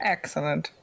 Excellent